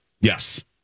yes